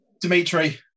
Dimitri